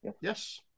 Yes